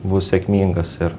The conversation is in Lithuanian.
bus sėkmingas ir